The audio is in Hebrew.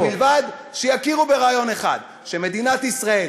ובלבד שיכירו ברעיון אחד: שמדינת ישראל